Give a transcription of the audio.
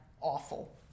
Awful